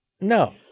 No